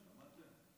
מצטטים.